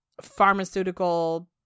pharmaceutical